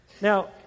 Now